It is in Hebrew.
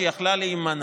שיכלה להימנע.